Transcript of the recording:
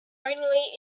only